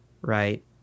right